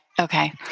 Okay